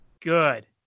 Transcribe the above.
Good